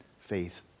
faith